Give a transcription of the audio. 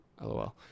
LOL